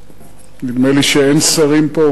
נדמה לי שאין פה שרים.